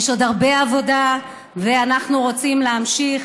יש עוד הרבה עבודה ואנחנו רוצים להמשיך,